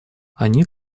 они